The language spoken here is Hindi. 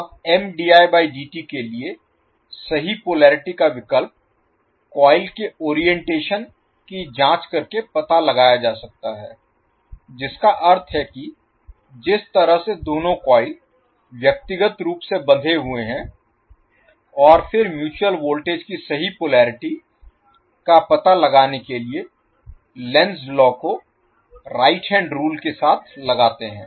अब के लिए सही पोलेरिटी का विकल्प कॉइल के ओरिएंटेशन की जांच करके पता लगाया जाता है जिसका अर्थ है कि जिस तरह से दोनों कॉइल व्यक्तिगत रूप से बंधे हुए हैं और फिर म्यूचुअल वोल्टेज की सही पोलेरिटी का पता लगाने के लिए लेनज़ लॉ को राइट हैंड रूल के साथ लगाते हैं